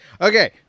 Okay